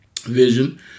vision